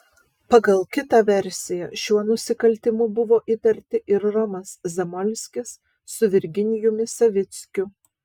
pagal kitą versiją šiuo nusikaltimu buvo įtarti ir romas zamolskis su virginijumi savickiu